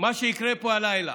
מה שיקרה פה הלילה,